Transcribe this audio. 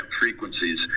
frequencies